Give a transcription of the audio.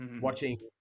watching